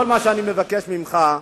כל מה שאני מבקש ממך,